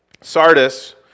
Sardis